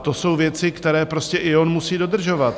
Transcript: To jsou věci, které prostě i on musí dodržovat.